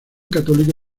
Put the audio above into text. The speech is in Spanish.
católica